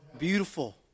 Beautiful